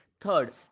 Third